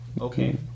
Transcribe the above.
Okay